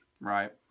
Right